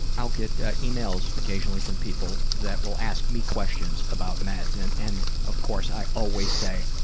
i'll get ah emails occasionally from people that will ask me questions about meds, and and of course, i always say,